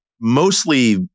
mostly